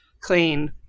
clean